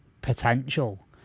potential